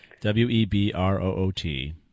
W-E-B-R-O-O-T